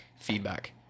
feedback